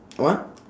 what